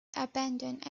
abandoned